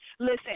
Listen